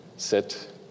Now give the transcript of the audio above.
sit